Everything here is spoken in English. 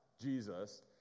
Jesus